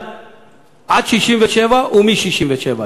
בגדה עד 1967 ומ-1967.